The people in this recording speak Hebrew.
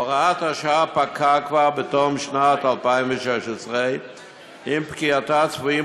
הוראת השעה פקעה כבר בתום שנת 2016. עם פקיעתה צפויים